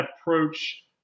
approach